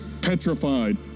petrified